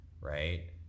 right